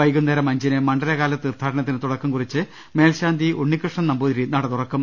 വൈകുന്നേരം അഞ്ചിന് മണ്ഡലകാല തീർത്ഥാടനത്തിന് തുടക്കം കുറിച്ച് മേൽശാന്തി ഉണ്ണികൃഷ്ണൻ നമ്പൂതിരി നട തുറ ക്കും